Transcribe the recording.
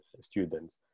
students